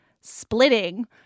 splitting